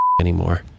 anymore